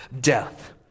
death